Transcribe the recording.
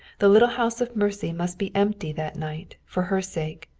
the little house of mercy must be empty that night, for her sake.